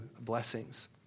blessings